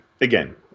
again